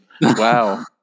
Wow